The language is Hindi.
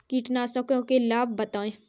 कीटनाशकों के लाभ बताएँ?